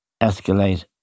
escalate